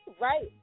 right